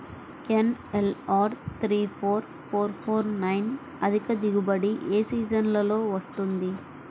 NLR three four four four nine అధిక దిగుబడి ఏ సీజన్లలో వస్తుంది?